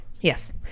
Yes